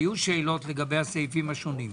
יהיו שאלות לגבי הסעיפים השונים.